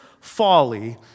folly